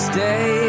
Stay